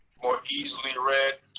more easily read.